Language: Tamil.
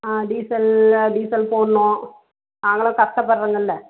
டீசல் டீசல் போடணும் நாங்களும் கஷ்டப்பட்றோங்கல்லை